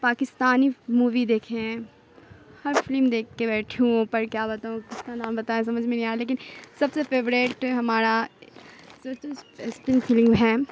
Pakistani movie دیکھے ہیں ہر فلم دیکھ کے بیٹھی ہوں پر کیا بتاؤں کس کا نام بتائیں سمجھ میں نہیں آ رہا لیکن سب سے فیوریٹ ہمارا سوچو سسپنس فلم ہے